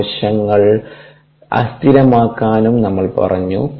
കോശങ്ങൾ അസ്ഥിരമാക്കാമെന്നും നമ്മൾ പറഞ്ഞു